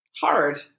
hard